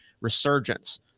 resurgence